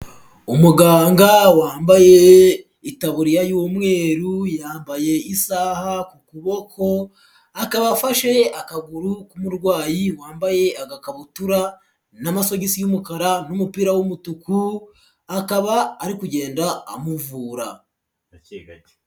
Umuganga wambaye itaburiya y'umweru, yambaye isaha ku kuboko, akaba afashe akaguru k'umurwayi wambaye agakabutura n'amasogisi y'umukara n'umupira w'umutuku akaba ari kugenda amuvura.